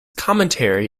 commentary